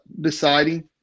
deciding